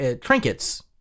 trinkets